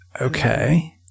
Okay